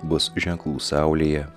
bus ženklų saulėje